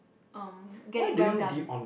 um get it well done